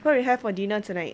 what you have a dinner tonight